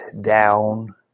down